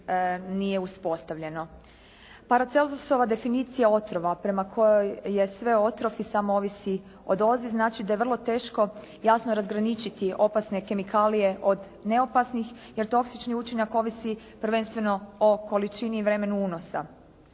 Paracelzusova definicija otrova prema kojoj je sve otrov i samo ovisi o dozi, znači da je vrlo teško jasno razgraničiti opasne kemikalije od neopasnih, jer toksični učinak ovisi prvenstveno o količini i vremenu unosa.